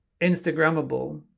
Instagrammable